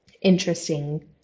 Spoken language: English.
interesting